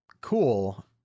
Cool